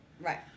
Right